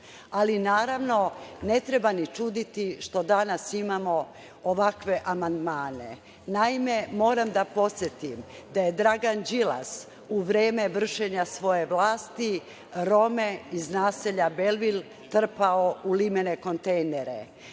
Ali, naravno, ne treba ni čuditi što danas imamo ovakve amandmane. Naime, moram da podsetim da je Dragan Đilas u vreme vršenja svoje vlasti Rome iz naselja Belvil trpao u limene kontejnere. Moram